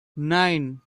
nine